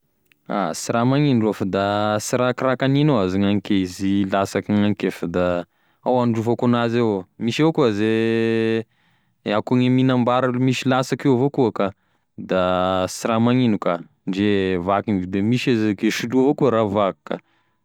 Ah sy raha magnino rô fa da sy raha koa raha kanignao aza gnanike izy lasaky gnanike ao handraofako anazy avao misy avao koa ze, akoa gne mihinambara aza misy lasaky io avao koa ka sy raha magnino ka, ndre vaky igny de misy aza ke soloy avao koa raha vaky ka.